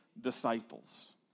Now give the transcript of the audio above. disciples